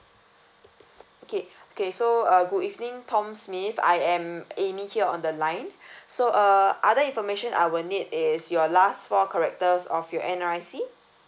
okay okay so uh good evening tom smith I am amy here on the line so uh other information I will need is your last four characters of your N_R_I_C